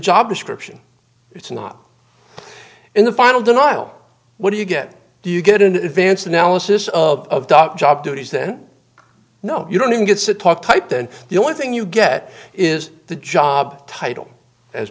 job description it's not in the final denial what do you get do you get in advance analysis of job duties then no you don't even gets a talk type then the only thing you get is the job title as